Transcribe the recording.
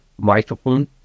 microphone